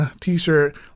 t-shirt